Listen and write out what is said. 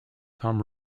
tom